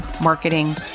marketing